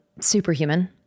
Superhuman